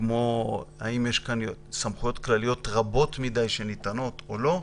כמו האם ניתנות כאן סמכויות כלליות רבות מדי או לא.